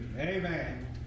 Amen